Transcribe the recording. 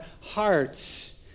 hearts